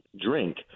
drink